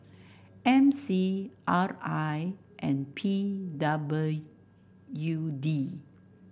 M C R I and P W D